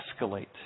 escalate